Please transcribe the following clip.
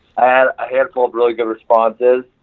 ah a handful of really good responses.